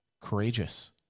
courageous